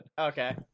Okay